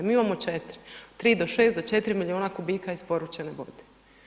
Mi imamo 4. 3 do 6 do 4 milijuna kubika isporučene vode.